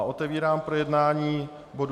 Otevírám projednání bodu 63.